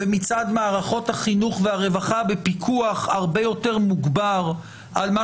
ומצד מערכות החינוך והרווחה בפיקוח הרבה יותר מוגבר על מה